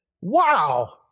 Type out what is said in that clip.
Wow